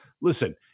Listen